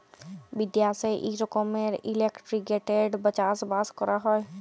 বিদ্যাশে ই রকমের ইলটিগ্রেটেড চাষ বাস ক্যরা হ্যয়